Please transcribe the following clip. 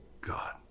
god